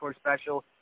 Special